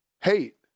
hate